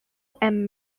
and